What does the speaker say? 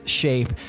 shape